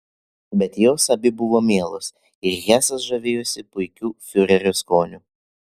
bet jos abi buvo mielos ir hesas žavėjosi puikiu fiurerio skoniu